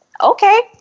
okay